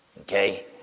Okay